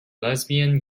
lesbian